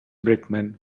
brickman